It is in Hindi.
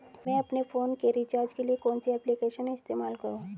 मैं अपने फोन के रिचार्ज के लिए कौन सी एप्लिकेशन इस्तेमाल करूँ?